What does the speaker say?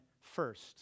first